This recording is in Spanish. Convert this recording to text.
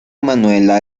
manuela